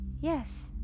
Yes